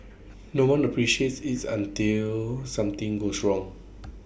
no one appreciates it's until something goes wrong